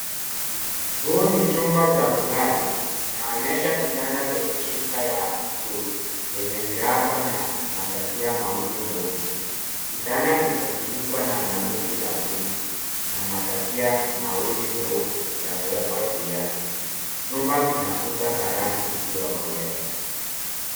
Huu ni chumba cha kulala. Kinaonyesha kitanda chenye shuka ya buluu yenye miraba na matakia mawili meupe. Kitanda kimefunikwa na blanketi la buluu na matakia mawili meupe yamewekwa juu yake. Chumba kina kuta za rangi isoyokolea.